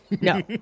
No